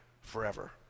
forever